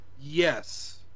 Yes